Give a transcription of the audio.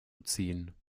ziehen